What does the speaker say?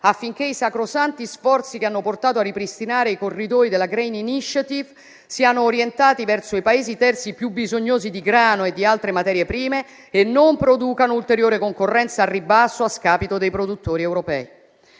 affinché i sacrosanti sforzi che hanno portato a ripristinare i corridoi della *green initiative* siano orientati verso i Paesi terzi più bisognosi di grano e di altre materie prime e non producano ulteriore concorrenza al ribasso, a scapito dei produttori europei.